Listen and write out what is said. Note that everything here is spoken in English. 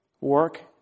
work